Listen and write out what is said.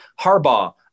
Harbaugh